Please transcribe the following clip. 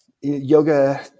yoga